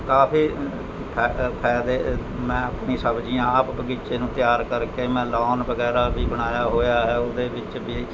ਕਾਫ਼ੀ ਫਾਇਦੇ ਮੈਂ ਆਪਣੀ ਸਬਜ਼ੀਆਂ ਆਪ ਬਗੀਚੇ ਨੂੰ ਤਿਆਰ ਕਰਕੇ ਮੈਂ ਲੋਨ ਵਗੈਰਾ ਵੀ ਬਣਾਇਆ ਹੋਇਆ ਹੈ ਉਹਦੇ ਵਿੱਚ ਵੀ